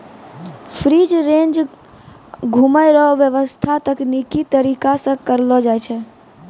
free range घुमै रो व्याबस्था तकनिकी तरीका से करलो जाय छै